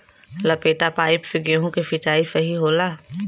लपेटा पाइप से गेहूँ के सिचाई सही होला?